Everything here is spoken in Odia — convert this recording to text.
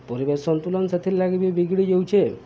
ପରିବେଶ୍ ସନ୍ତୁଲନ୍ ସାଥିର୍ଲାଗିି ବି ବିଗ୍ଡ଼ି ଯଉଛେ